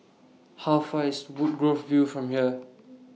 How Far IS Woodgrove View from here